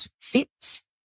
fits